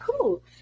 cool